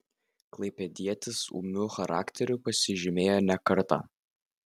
klaipėdietis ūmiu charakteriu pasižymėjo ne kartą